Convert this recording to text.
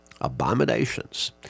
Abominations